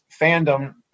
fandom